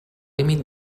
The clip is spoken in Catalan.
límit